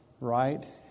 right